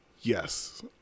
yes